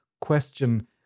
question